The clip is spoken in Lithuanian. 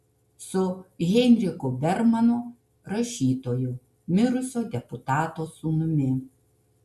su heinrichu bermanu rašytoju mirusio deputato sūnumi